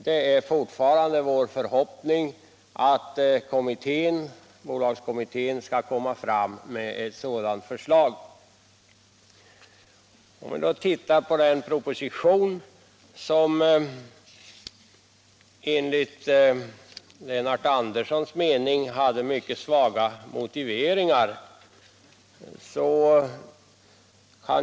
Det är fortfarande vår förhoppning att bolagskommittén skall komma fram med ett sådant förslag. Jag övergår härefter till den proposition som enligt Lennart Anderssons mening har mycket svaga motiveringar.